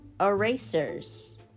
Erasers